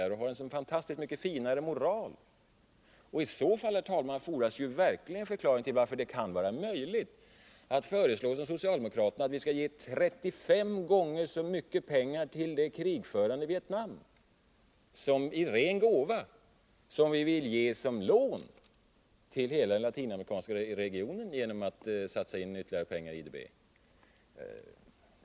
Har svenskar en så fantastiskt mycket finare moral? I så fall, herr talman, fordras verkligen en förklaring till varför det kan vara möjligt att, som socialdemokraterna gör, föreslå att vi skall ge 35 gånger så mycket pengar till det krigförande Vietnam i ren gåva som vi vill ge som lån till hela den latinamerikanska regionen genom att satsa pengar i IDB.